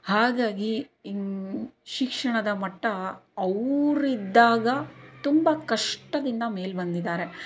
ಹಾಗಾಗಿ ಇನ್ನು ಶಿಕ್ಷಣದ ಮಟ್ಟ ಅವರಿದ್ದಾಗ ತುಂಬ ಕಷ್ಟದಿಂದ ಮೇಲೆ ಬಂದಿದ್ದಾರೆ